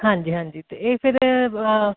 ਹਾਂਜੀ ਹਾਂਜੀ ਅਤੇ ਇਹ ਫਿਰ